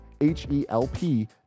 H-E-L-P